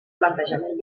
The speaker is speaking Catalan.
planejament